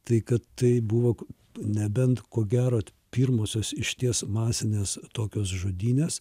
tai kad tai buvo nebent ko gero pirmosios išties masinės tokios žudynės